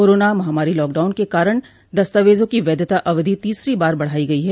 corona महामारी lockdown के कारण दस्तावजों की वैधता अवधि तीसरी बार बढाई गई है